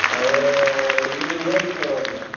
ஒரு இருபதுருவாய்க்குள்ள வரும்ங்க